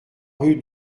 rue